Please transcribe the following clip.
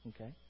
Okay